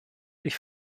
durch